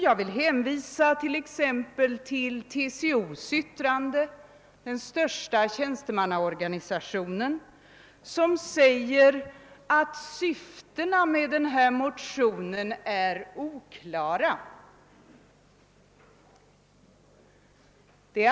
Jag hänvisar exempelvis till TCO, den största tjänstemannaorganisationen, som i sitt yttrande säger att syftena med motionen är oklara.